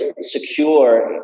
secure